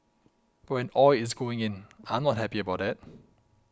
but when oil is going in I'm not happy about that